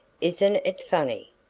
isn't it funny!